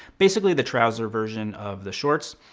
basically the trouser version of the shorts.